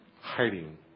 hiding